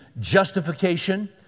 justification